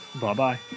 bye-bye